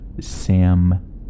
Sam